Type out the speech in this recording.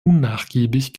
unnachgiebig